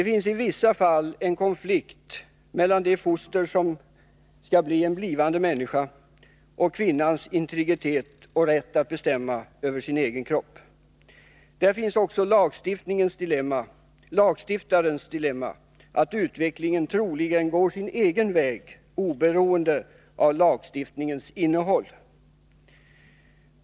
Där finns i vissa fall konflikten mellan rätten för fostret, den blivande människan, och kvinnans integritet samt hennes rätt att bestämma över sin egen kropp. Där finns också lagstiftarens dilemma att utvecklingen troligen går sin egen väg oberoende av lagstiftningens innehåll.